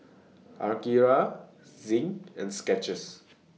Akira Zinc and Skechers